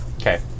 Okay